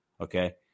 Okay